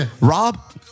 Rob